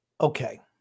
okay